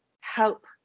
help